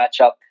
matchup